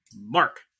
Mark